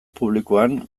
publikoan